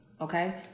okay